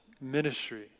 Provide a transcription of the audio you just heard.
ministry